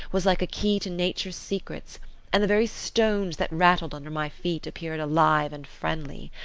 was like a key to nature's secrets and the very stones that rattled under my feet appeared alive and friendly.